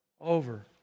over